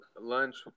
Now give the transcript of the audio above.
lunch